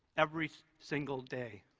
every. single. day.